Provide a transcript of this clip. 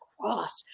cross